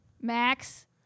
Max